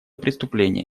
преступление